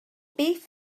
beth